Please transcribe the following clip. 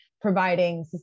providing